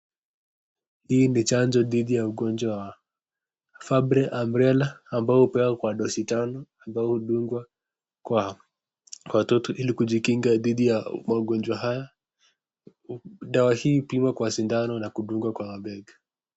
Hii ni chanjo dhidi ya ugonjwa wa fabre amarela ambayo hupewa kwa dosi tano ambayo hudungwa kwa watoto ili kujikinga dhidi ya magonjwa haya, dawa hii hupimwa kwa sindano na kudungwa kwa mabega.